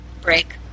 break